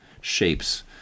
shapes